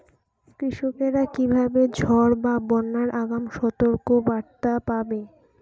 কৃষকেরা কীভাবে ঝড় বা বন্যার আগাম সতর্ক বার্তা পাবে?